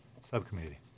subcommittee